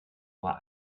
war